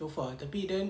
so far tapi then